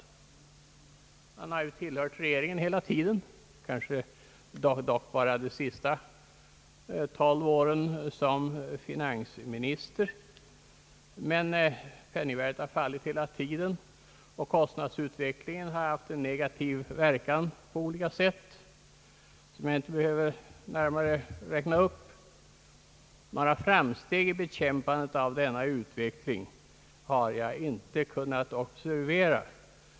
Herr Sträng har ju tillhört regeringen hela tiden, dock bara de senaste tolv åren som finansminister. Hela tiden har penningvärdet fallit, och kostnadsutvecklingen har haft en negativ verkan på olika sätt, som jag inte behöver närmare räkna upp. Några framsteg i bekämpandet av denna utveckling har jag inte kunnat observera.